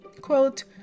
quote